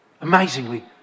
Amazingly